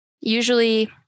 usually